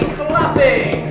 clapping